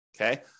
okay